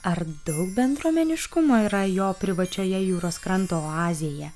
ar daug bendruomeniškumo yra jo privačioje jūros kranto oazėje